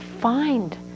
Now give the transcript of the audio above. find